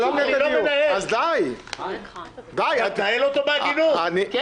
נחקרו בנושא הזה - אולי כדי לאושש את ההיפותזה הזאת,